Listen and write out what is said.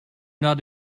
not